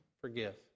forgive